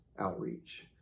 outreach